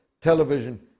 television